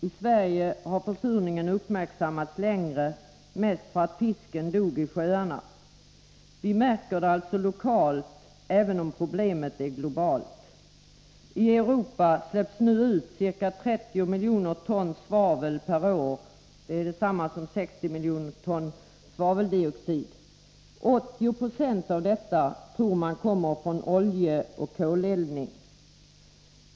I Sverige har försurningen uppmärksammats längre, mest för att fisken dog i sjöarna. Vi märker det alltså lokalt, även om problemet är globalt. I Europa släpps nu ut ca 30 miljoner ton svavel per år. Det är detsamma som 60 miljoner ton svaveldioxid. 80 76 av detta tror man kommer från oljeoch koleldning.